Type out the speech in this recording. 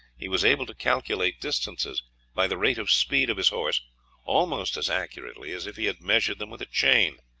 he was able to calculate distances by the rate of speed of his horse almost as accurately as if he had measured them with a chain.